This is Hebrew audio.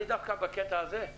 אני דווקא לא